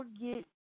forget